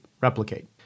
replicate